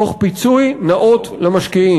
תוך מתן פיצוי נאות למשקיעים.